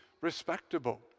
respectable